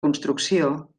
construcció